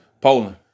Poland